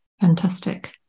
Fantastic